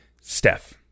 Steph